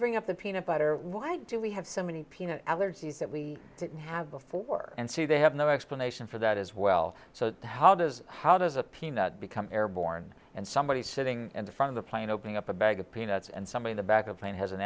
bring up the peanut butter why do we have so many peanut allergies that we didn't have before and see they have no explanation for that as well so how does how does a peanut become airborne and somebody sitting in the front of a plane opening up a bag of peanuts and something the back of a plane has an